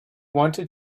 wanted